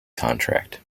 contract